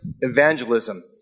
Evangelism